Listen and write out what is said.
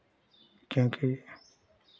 क्योंकि